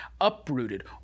uprooted